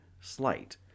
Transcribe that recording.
Slight